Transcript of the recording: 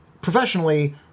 professionally